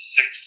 Six